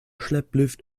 schlepplift